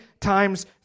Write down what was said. times